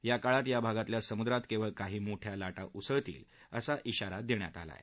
या काळात या भागातल्या समुद्रात केवळ काही मोठ्या लाटा उसळतील असा ईशारा देण्यात आला आहे